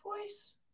voice